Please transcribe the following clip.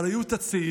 אבל היו הצעירים,